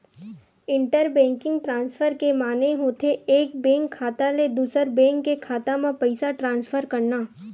inter banking transfer के माने होथे एक बेंक खाता ले दूसर बेंक के खाता म पइसा ट्रांसफर करना